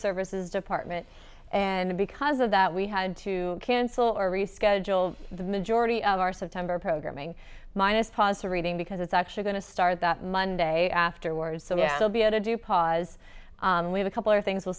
services department and because of that we had to cancel or reschedule the majority of our september programming minus positive reading because it's actually going to start monday afterwards so we will be able to do pause we have a couple or things will